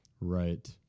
right